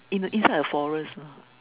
in the inside a forest ah